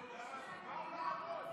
רוצים הצגה, תן הצגה.